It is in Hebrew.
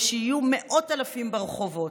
ושיהיו מאות אלפים ברחובות.